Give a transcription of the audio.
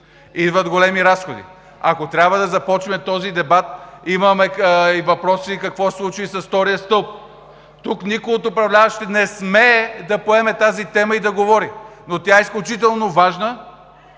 идват големи разходи. Ако трябва да започнем този дебат, имаме и въпроса: какво се случи с втория стълб? Тук никой от управляващите не смее да поеме тази тема и да говори, но тя е изключително важна!